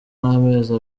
n’amezi